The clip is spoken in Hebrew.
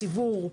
הציבור,